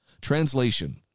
Translation